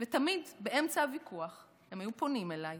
ותמיד באמצע הוויכוח הם היו פונים אליי